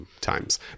times